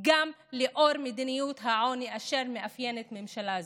גם לאור מדיניות העוני אשר מאפיינת ממשלה זו.